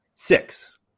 Six